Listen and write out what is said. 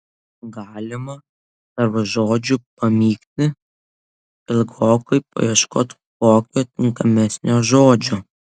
galima tarp žodžių pamykti ilgokai paieškot kokio tinkamesnio žodžio